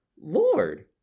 Lord